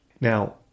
Now